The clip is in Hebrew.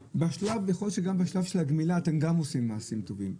יכול להיות שגם בשלב של הגמילה אתם גם עושים מעשים טובים,